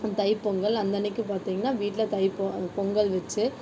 தை பொங்கல் அந்த அன்றைக்கி பார்த்தீங்கனா வீட்டில் தை பொ பொங்கல் வச்சு